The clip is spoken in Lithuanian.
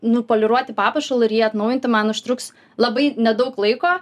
nupoliruoti papuošalą ir jį atnaujinti man užtruks labai nedaug laiko